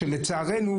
שלצערנו,